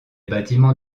bâtiments